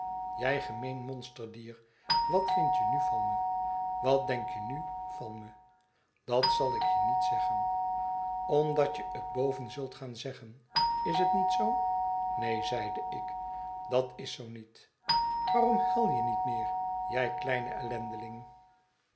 jij gemeen monsterdier wat vindt je nu van me wat denk je nu van me dat zal ik je niet zeggen omdat je het boven zult gaan zeggen is het niet zoo neen zeide ik dat is zoo niet waarom huil je niet meer jij kleine